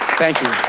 thank you.